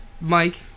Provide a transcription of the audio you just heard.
Mike